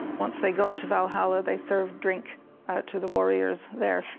once they got to valhalla they served drink to the warriors there